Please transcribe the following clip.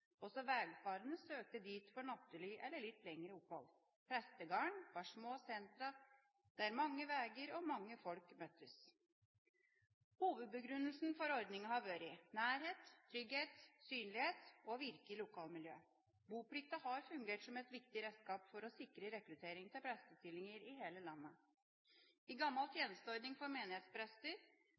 Også vegfarende søkte dit for nattely eller litt lengre opphold. Prestegarden var små sentra der mange veger og mange folk møttes.» Hovedbegrunnelsen for ordningen har vært nærhet, trygghet, synlighet og virke i lokalmiljøet. Boplikten har fungert som et viktig redskap for å sikre rekruttering til prestestillinger i hele landet. I gammel Tjenesteordning for menighetsprester